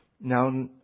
Now